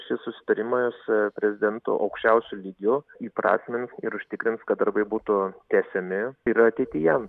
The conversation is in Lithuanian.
šis susitarimas prezidentų aukščiausiu lygiu įprasmins ir užtikrins kad darbai būtų tęsiami ir ateityje